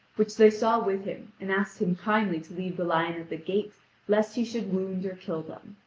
which they saw with him, and asked him kindly to leave the lion at the gate lest he should wound or kill them.